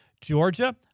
Georgia